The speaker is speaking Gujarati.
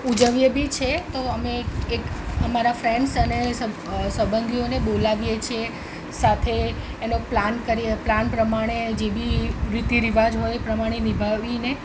ઊજવીએ બી છે તો અમે એક અમારા ફ્રેન્ડ્સ અને સંબંધીઓને બોલાવીએ છીએ સાથે એનો પ્લાન કરીએ પ્લાન પ્રમાણે જે બી રીતીરિવાજ હોય એ પ્રમાણે વિભાવીને